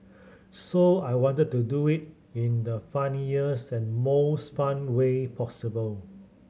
so I wanted to do it in the funniest and most fun way possible